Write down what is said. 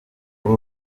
muri